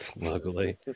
Luckily